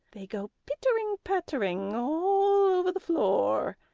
they go pittering pattering all over the floor,